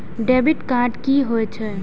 Debit card की होय छे?